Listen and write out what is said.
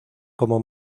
como